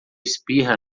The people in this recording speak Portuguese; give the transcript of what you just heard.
espirra